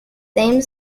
name